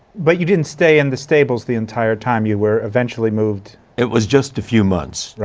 but you didn't stay in the stables the entire time, you were eventually moved? it was just a few months.